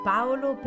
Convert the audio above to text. Paolo